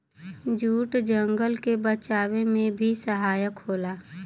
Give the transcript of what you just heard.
jute जंगल के बचावे में भी सहायक होला